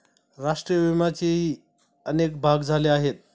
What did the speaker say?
राष्ट्रीय विम्याचेही अनेक भाग झाले आहेत